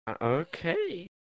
Okay